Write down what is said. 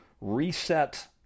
reset